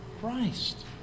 Christ